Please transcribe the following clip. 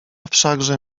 wszakże